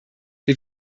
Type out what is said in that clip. wir